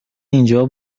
اینجا